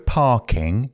parking